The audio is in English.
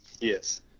Yes